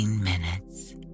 minutes